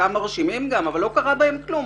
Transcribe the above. וחלקם מרשימים, אבל לא קרה בהם כלום.